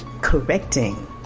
correcting